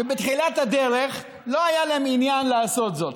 שבתחילת הדרך לא היה להם עניין לעשות זאת.